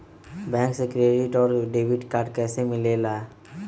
Bank से credit और debit card कैसी मिलेला?